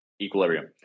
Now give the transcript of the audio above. equilibrium